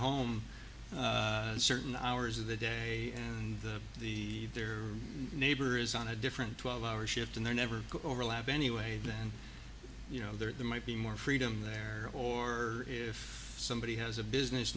home certain hours of the day and the the their neighbor is on a different twelve hour shift and they're never overlap anyway then you know there might be more freedom there or if somebody has a business